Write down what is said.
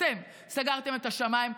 אתם סגרתם את השמיים,